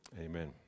Amen